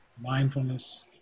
mindfulness